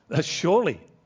surely